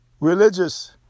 religious